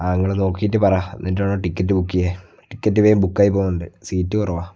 ആ നിങ്ങൾ നോക്കിയിട്ട് പറ എന്നിട്ട് വേണം ടിക്കറ്റ് ബുക്ക് ചെയ്യാൻ ടിക്കറ്റ് വേഗം ബുക്കായി പോകുന്നുണ്ട് സീറ്റ് കുറവാണ്